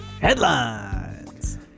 Headlines